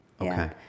Okay